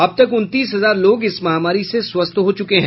अब तक उनतीस हजार लोग इस महामारी से स्वस्थ हो चुके हैं